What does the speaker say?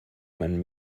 mein